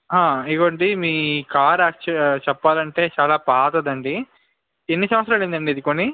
ఇదిగోండి మీ కారు చెప్పాలి అంటే చాలా పాతది అండి ఎన్ని సంవత్సరాలు అయ్యింది అండి ఇది కొని